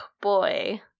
boy